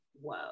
Whoa